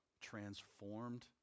transformed